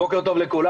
בוקר טוב לכולם.